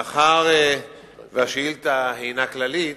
מאחר שהשאילתא הינה כללית,